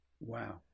Wow